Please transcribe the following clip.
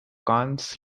cannes